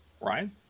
Ryan